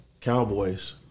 Cowboys